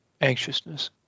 anxiousness